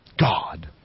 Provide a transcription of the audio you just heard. God